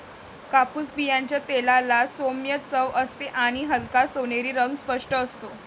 कापूस बियांच्या तेलाला सौम्य चव असते आणि हलका सोनेरी रंग स्पष्ट असतो